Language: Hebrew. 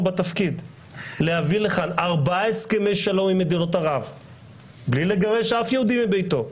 בתפקיד להביא לכאן 4 הסכמי שלום עם מדינות ערב בלי לגרש אף יהודי מביתו,